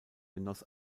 genoss